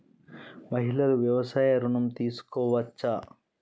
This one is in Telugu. మహిళలు వ్యవసాయ ఋణం తీసుకోవచ్చా?